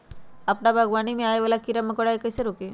अपना बागवानी में आबे वाला किरा मकोरा के कईसे रोकी?